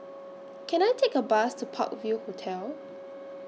Can I Take A Bus to Park View Hotel